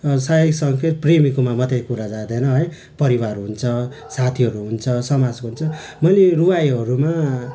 सायद शङ्का प्रेमीकोमा मात्रै कुरा जाँदैन है परिवार हुन्छ साथीहरू हुन्छ समाजको हुन्छ मैले रुवाईहरूमा